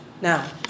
Now